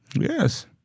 Yes